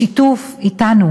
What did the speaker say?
בשיתוף אתנו,